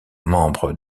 membre